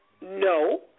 No